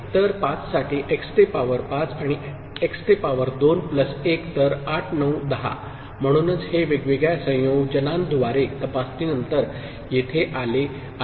तर 5 साठी x ते पॉवर 5 आणि x ते 2 प्लस 1 तर 8 9 10 म्हणूनच हे वेगवेगळ्या संयोजनांद्वारे तपासणीनंतर येथे आले आहे